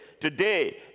Today